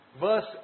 verse